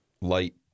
light